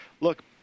look